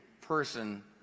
person